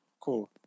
Cool